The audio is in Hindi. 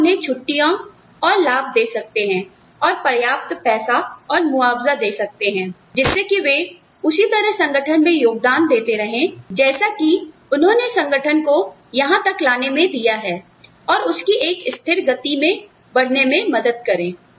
तो आप उन्हें छुट्टियां और लाभ दे सकते हैं और पर्याप्त पैसा और मुआवजा दे सकते हैं जिससे कि वे उसी तरह संगठन में योगदान देते रहे जैसा कि उन्होंने संगठन को यहां तक लाने में दिया है और उसकी एक स्थिर गति में बढ़ने में मदद करें